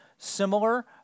Similar